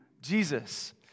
Jesus